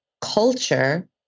culture